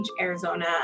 Arizona